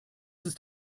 ist